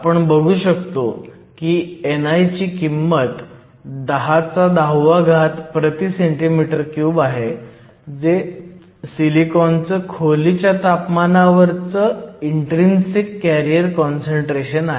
आपण बघू शकतो की ni ची किंमत 1010 cm 3 आहे जे सिलिकॉनचं खोलीच्या तापमानावरचं इन्ट्रीन्सिक कॅरियर काँसंट्रेशन आहे